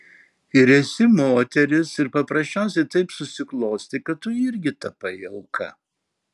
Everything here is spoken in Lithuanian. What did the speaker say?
ir esi moteris ir paprasčiausiai taip susiklostė kad tu irgi tapai auka